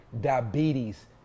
diabetes